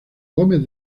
gómez